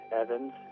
Evans